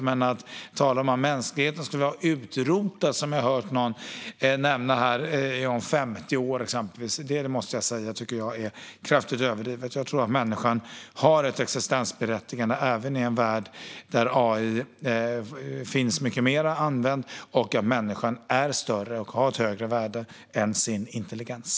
Men att tala om att mänskligheten skulle vara utrotad om 50 år, som jag har hört någon nämna, tycker jag är kraftigt överdrivet. Jag tror att människan har ett existensberättigande även i en värld där AI finns och används mycket mer än i dag. Människan är större och har ett högre värde än sin intelligens.